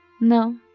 No